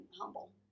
humble